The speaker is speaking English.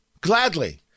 Gladly